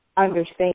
understand